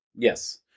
Yes